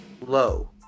low